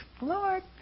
Lord